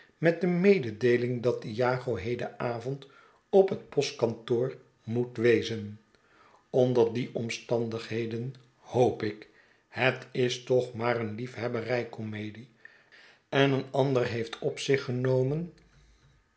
met de mededeeling dat iago heden avond op het postkantoor moet wezen ohder die omstandigheden hoop ik het is toch maar een liefhebberijcomedie en een ander heeft op zich genomen